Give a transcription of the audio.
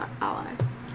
allies